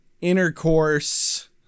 intercourse